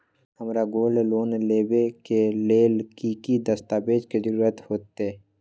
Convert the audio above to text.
हमरा gold loan लेबे के लेल कि कि दस्ताबेज के जरूरत होयेत?